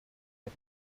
and